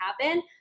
happen